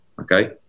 Okay